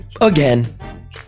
Again